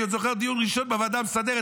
אני עוד זוכר בדיון ראשון בוועדה המסדרת,